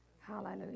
Hallelujah